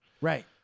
Right